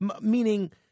Meaning